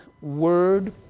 word